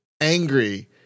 angry